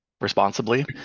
responsibly